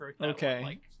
Okay